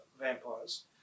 vampires